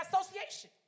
association